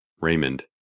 Raymond